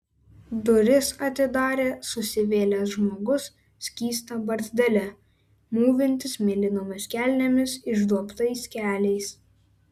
duris atidarė susivėlęs žmogus skysta barzdele mūvintis mėlynomis kelnėmis išduobtais keliais